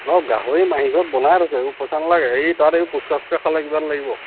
অ গাহৰি মাহীৰ ঘৰত বনাই থৈছে সেইবোৰ পইচা নালাগে সেই তাত এইবোৰ ফুচকা চুচকা খাওঁতে কিবা এটা লাগিব